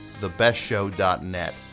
thebestshow.net